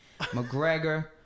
McGregor